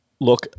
Look